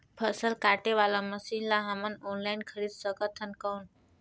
फसल काटे वाला मशीन ला हमन ऑनलाइन खरीद सकथन कौन?